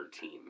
team